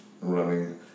running